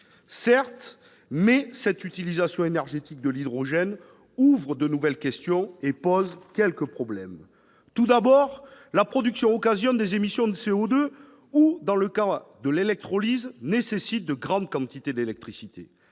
Certes ! Mais cette utilisation énergétique de l'hydrogène ouvre de nouvelles questions et pose quelques problèmes. Tout d'abord, la production occasionne des émissions de CO2 ou, dans le cas de l'électrolyse, nécessite de grandes quantités d'électricité.